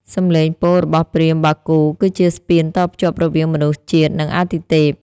សំឡេងពោលរបស់ព្រាហ្មណ៍បាគូ គឺជាស្ពានតភ្ជាប់រវាងមនុស្សជាតិ និងអាទិទេព។